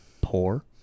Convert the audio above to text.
poor